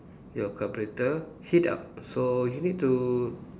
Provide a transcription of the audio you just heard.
your carburettor heat up so you need to